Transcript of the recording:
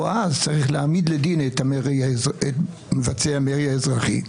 או אז צריך לבצע מרי אזרחי,